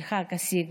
של חג הסיגד.